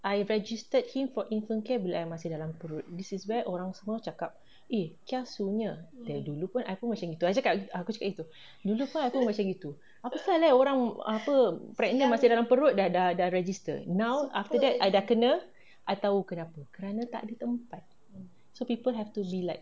I registered him for infant care bila I masih dalam perut this is where orang semua cakap eh kiasu nya dulu pun I pun macam gitu aku cakap gitu dulu pun aku macam gitu apasal eh orang apa pregnant masih dalam perut dah dah registered now after that I dah kena I tahu kenapa kerana tak ada tempat so people have to be like